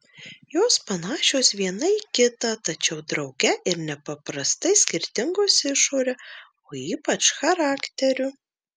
jos panašios viena į kitą tačiau drauge ir nepaprastai skirtingos išore o ypač charakteriu